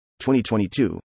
2022